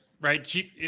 Right